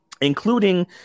including